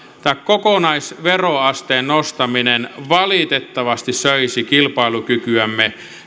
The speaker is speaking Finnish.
tämä kokonaisveroasteen nostaminen valitettavasti söisi kilpailukykyämme